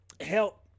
help